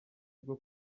bwo